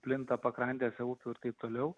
plinta pakrantėse upių ir taip toliau